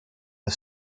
the